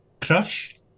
Crush